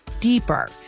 deeper